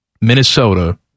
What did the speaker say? Minnesota